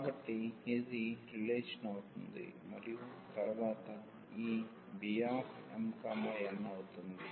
కాబట్టి ఇది రిలేషన్ అవుతుంది మరియు తరువాత ఈ Bmn అవుతుంది